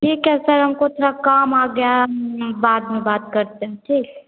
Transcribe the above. ठीक है सर हमको थोड़ा काम या गया है बाद में बात करते हैं ठीक